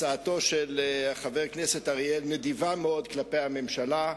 הצעתו של חבר הכנסת אריאל נדיבה מאוד כלפי הממשלה,